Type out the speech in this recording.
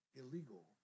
illegal